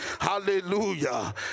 Hallelujah